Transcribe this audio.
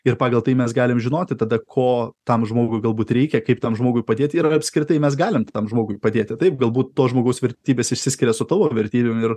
ir pagal tai mes galim žinoti tada ko tam žmogui galbūt reikia kaip tam žmogui padėti ir ar apskritai mes galim tam žmogui padėti taip galbūt to žmogaus vertybės išsiskiria su tavo vertybėm ir